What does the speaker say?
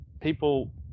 people